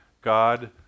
God